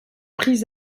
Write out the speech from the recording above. prises